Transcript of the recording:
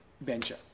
venture